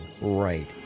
right